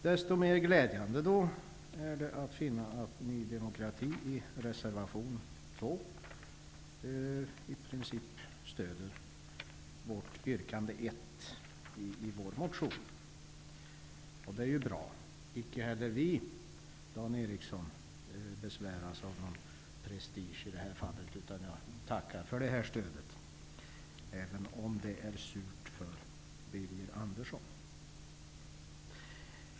Desto mer glädjande är det att finna att Ny demokrati i reservation 2 uttrycker sitt stöd för yrkande 1 i vår motion. Det är bra. Inte heller vi, Dan Eriksson, besväras av någon prestige i detta fall, utan vi tackar för detta stöd, även om det är surt för Birger Andersson.